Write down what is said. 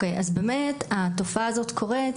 אז באמת התופעה הזו קורית,